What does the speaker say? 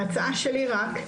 ההצעה שלי רק,